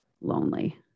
lonely